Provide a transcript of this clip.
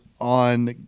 on